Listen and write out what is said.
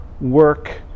work